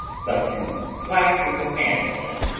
but to flash in the pan at them,